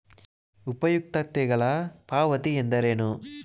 ಉಪಯುಕ್ತತೆಗಳ ಪಾವತಿ ಎಂದರೇನು?